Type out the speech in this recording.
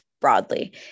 broadly